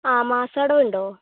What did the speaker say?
ആ മാസമടവ് ഉണ്ടോ